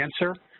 answer